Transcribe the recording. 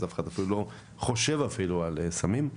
אז אף אחד לא חושב אפילו על סמים.